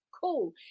Cool